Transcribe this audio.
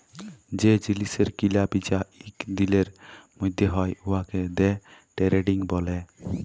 যে জিলিসের কিলা বিচা ইক দিলের ম্যধে হ্যয় উয়াকে দে টেরেডিং ব্যলে